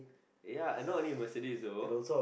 ya and not only Mercedes though